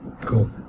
Cool